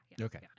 Okay